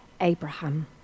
Abraham